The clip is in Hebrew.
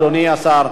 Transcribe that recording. תודה רבה, אדוני השר.